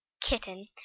kitten